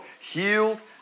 healed